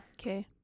Okay